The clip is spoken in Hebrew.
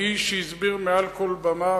האיש שהסביר מעל כל במה,